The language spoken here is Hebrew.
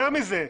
יותר מזה.